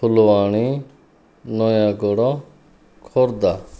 Phulbani Nayagarh Khordha